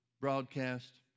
broadcast